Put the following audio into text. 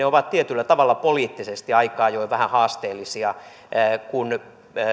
ovat tietyllä tavalla poliittisesti aika ajoin vähän haasteellisia kun